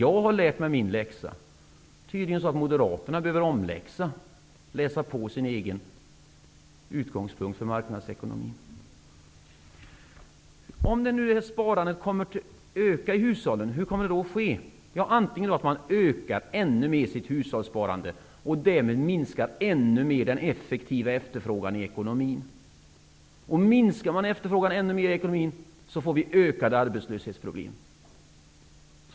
Jag har lärt mig min läxa. Det är tydligen så, att moderaterna behöver ha bakläxa. De behöver att ytterligare läsa på sina egna utgångspunkter för marknadsekonomin. Om sparandet ökar i hushållen, hur kommer det då att ske? Jo, man kan öka sitt hushållssparande ännu mer. Därmed minskar den effektiva efterfrågan i ekonomin. Om efterfrågan i ekonomin minskar ännu mer, blir det ökade arbetslöshetsproblem.